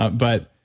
but but